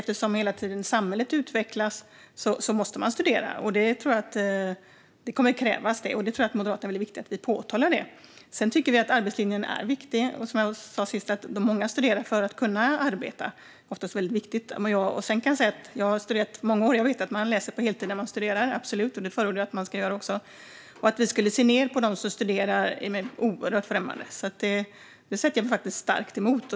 Eftersom samhället hela tiden utvecklas måste man studera. Det tror jag kommer att krävas, och vi moderater tror att det är viktigt att vi framhåller det. Sedan tycker vi att arbetslinjen är viktig. Som sagt är det många som studerar för att kunna arbeta, så det är väldigt viktigt. Sedan har jag själv studerat i många år och vet att man läser på heltid när man studerar - absolut! Det förordar jag också att man gör. Att vi skulle se ned på dem som studerar är mig oerhört främmande. Det sätter jag mig starkt emot.